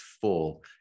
full